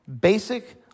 Basic